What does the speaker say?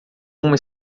uma